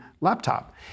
laptop